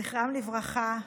זכרם לברכה,